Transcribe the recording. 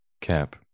Cap